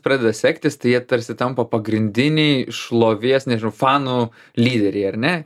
pradeda sektis tai jie tarsi tampa pagrindiniai šlovės nežinau fanų lyderiai ar ne